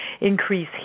increase